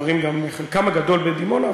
חלקם הגדול מתגוררים בדימונה,